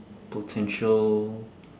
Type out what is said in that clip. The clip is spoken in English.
potential